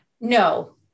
No